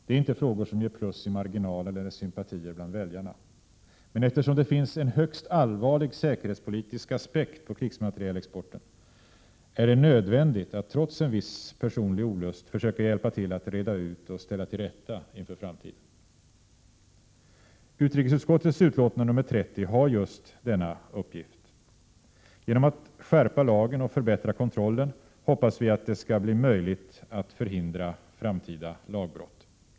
Det är inte frågor som ger plus i marginalen eller sympatier bland väljarna. Men eftersom det finns en högst allvarlig säkerhetspolitisk aspekt på krigsmaterielexporten, är det nödvändigt att — trots en viss personlig olust — försöka hjälpa till att reda ut och ställa saker till rätta inför framtiden. Utrikesutskottets betänkande nr 30 har just denna uppgift. Genom att skärpa lagen och förbättra kontrollen hoppas vi att det skall bli möjligt att förhindra framtida lagbrott.